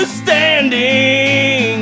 standing